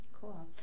Cool